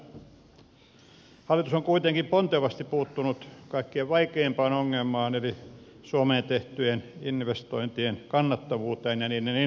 hallitus on kuitenkin pontevasti puuttunut kaikkein vaikeimpaan ongelmaan eli suomeen tehtyjen investointien kannattavuuteen ja niihin innostamiseen